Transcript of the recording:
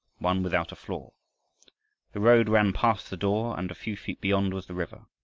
one without a floor. the road ran past the door, and a few feet beyond was the river.